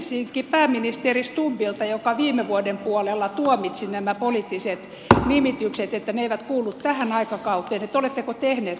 kysyisinkin pääministeri stubbilta joka viime vuoden puolella tuomitsi nämä poliittiset nimitykset että ne eivät kuulu tähän aikakauteen oletteko tehnyt asialle mitään